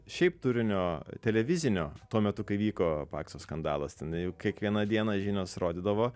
šiaip turinio televizinio tuo metu kai vyko pakso skandalas ten jau kiekvieną dieną žinios rodydavo